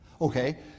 Okay